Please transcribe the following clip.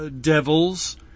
devils